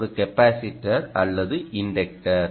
ஒரு கெபாஸிடர் அல்லது இன்டக்டர்